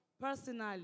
personally